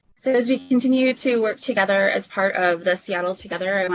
so as we continue to work together as part of the seattle together, i mean